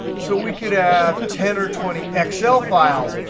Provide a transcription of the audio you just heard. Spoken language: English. so we could have ten or twenty excel files,